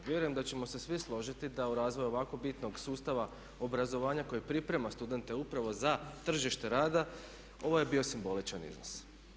Vjerujem da ćemo se svi složiti da u razvoj ovako bitnog sustava obrazovanja koje priprema studente upravo za tržište rada ovo je bio simboličan iznos.